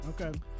Okay